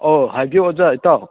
ꯑꯣ ꯍꯥꯏꯕꯤꯌꯨ ꯑꯣꯖꯥ ꯏꯇꯥꯎ